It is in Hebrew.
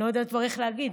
אני לא יודעת כבר איך להגיד,